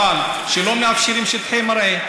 אבל כשלא מאפשרים שטחי מרעה,